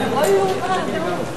לא ייאמן.